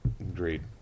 Agreed